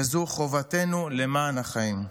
וזו חובתנו למען החיים.